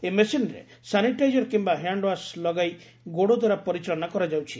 ଏହି ମେସିନରେ ସାନିଟାଇଜର କିମ୍ୟା ହ୍ୟାଣ୍ଡ ୱାସ ଲଗାଇ ଗୋଡ଼ ଦ୍ୱାରା ପରିଚାଳନା କରାଯାଉଛି